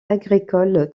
agricole